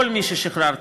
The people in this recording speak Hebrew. כל מי ששחררתי,